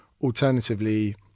alternatively